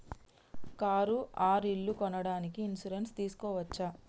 Car or ఇల్లు కొనడానికి insurance తీస్కోవచ్చా?